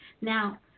Now